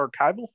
archival